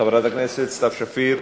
חברת הכנסת סתיו שפיר?